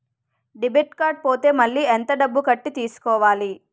Debit card పోతే మళ్ళీ ఎంత డబ్బు కట్టి తీసుకోవాలి?